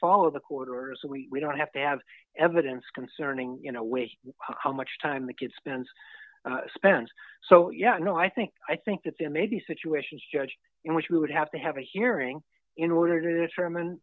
follow the court orders so we don't have to have evidence concerning you know with how much time the kid spends spends so yeah no i think i think that there may be situations judge in which he would have to have a hearing in order to determine